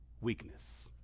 weakness